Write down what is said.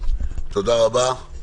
תודה רבה.